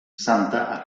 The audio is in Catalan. santa